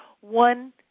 one